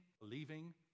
leaving